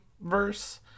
verse